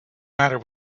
matter